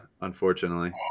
unfortunately